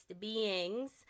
beings